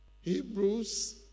Hebrews